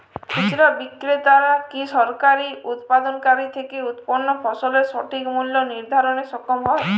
খুচরা বিক্রেতারা কী সরাসরি উৎপাদনকারী থেকে উৎপন্ন ফসলের সঠিক মূল্য নির্ধারণে সক্ষম হয়?